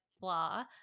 blah